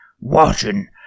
Watching